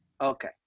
Okay